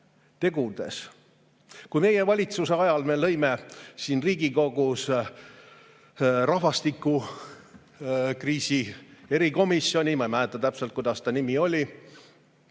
meie valitsuse ajal me lõime siin Riigikogus rahvastikukriisi erikomisjoni – ma ei mäleta täpselt, kuidas see nimi oli